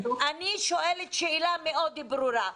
אני שואלת שאלה מאוד ברורה.